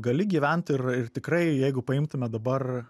gali gyvent ir ir tikrai jeigu paimtume dabar